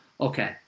okay